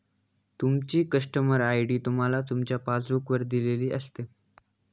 तुमची customer ID तुम्हाला तुमच्या पासबुक वर दिलेली असते